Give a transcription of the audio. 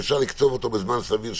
שאפשר לקצוב אותו בזמן סביר,